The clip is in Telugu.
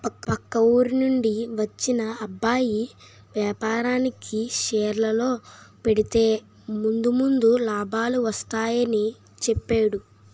పక్క ఊరి నుండి వచ్చిన అబ్బాయి వేపారానికి షేర్లలో పెడితే ముందు ముందు లాభాలు వస్తాయని చెప్పేడు